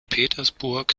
petersburg